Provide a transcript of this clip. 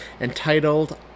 entitled